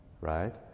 right